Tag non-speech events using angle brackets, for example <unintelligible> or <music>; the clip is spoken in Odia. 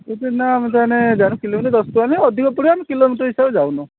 <unintelligible> ଦଶ ଟଙ୍କା ଅଧିକ <unintelligible> କିଲୋମିଟର ହିସାବରେ ଯାଉନି